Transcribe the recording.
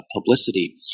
publicity